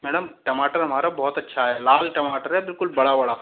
madam टमाटर हमारा बहुत अच्छा है लाल टमाटर है बिल्कुल बड़ा बड़ा